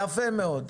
יפה מאוד.